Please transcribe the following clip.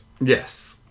Yes